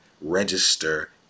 register